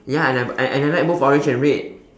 ya and I and I like both orange and red